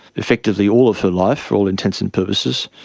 effectively all of their life for all intents and purposes,